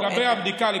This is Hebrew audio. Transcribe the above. לגבי הבדיקה,